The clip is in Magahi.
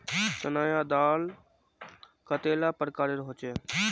चना या दाल कतेला प्रकारेर होचे?